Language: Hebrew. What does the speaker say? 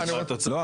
לא,